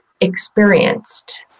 experienced